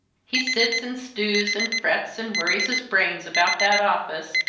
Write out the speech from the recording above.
he sits, and stews, and frets, and worries his brains about that office,